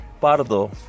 Pardo